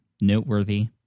noteworthy